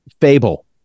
fable